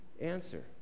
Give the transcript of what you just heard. answer